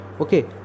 okay